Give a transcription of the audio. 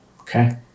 Okay